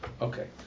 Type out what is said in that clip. Okay